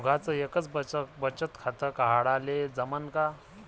दोघाच एकच बचत खातं काढाले जमनं का?